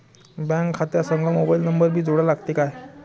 Bank खात्या संग mobile number भी जोडा लागते काय?